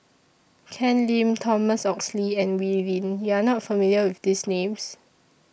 Ken Lim Thomas Oxley and Wee Lin YOU Are not familiar with These Names